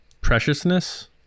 preciousness